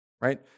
right